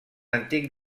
antic